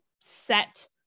set